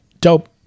Dope